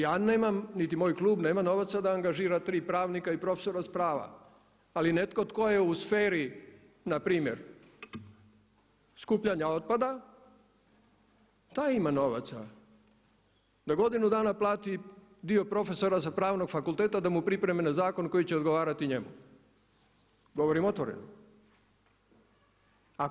Ja nemam niti moj klub nema novaca da angažira tri pravnika i profesora sa prava ali netko tko je u sferi npr. skupljanja otpada taj ima novaca da godinu dana plati dio profesora sa pravnog fakulteta da mu pripremi jedan zakon koji će odgovarati njemu, govorim otvoreno.